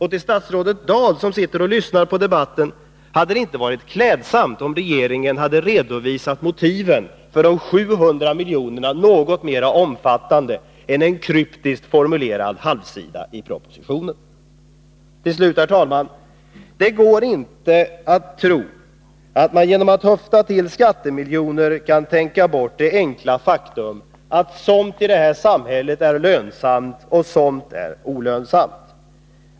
Och till statsrådet Birgitta Dahl som sitter och lyssnar på debatten: Hade det inte varit klädsamt om regeringen redovisat motiven för de 700 miljonerna något mera omfattande än en kryptiskt formulerad halvsida i propositionen? Till slut, herr talman: Man får inte tro att det genom att höfta till skattemiljoner går att tänka bort det enkla faktum att somt i detta samhälle är lönsamt och somt är olönsamt.